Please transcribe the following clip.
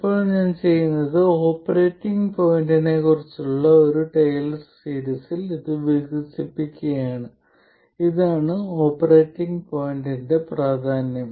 ഇപ്പോൾ ഞാൻ ചെയ്യുന്നത് ഓപ്പറേറ്റിംഗ് പോയിന്റിനെക്കുറിച്ചുള്ള ഒരു ടെയ്ലർ സീരീസിൽ ഇത് വികസിപ്പിക്കുകയാണ് ഇതാണ് ഓപ്പറേറ്റിംഗ് പോയിന്റിന്റെ പ്രാധാന്യം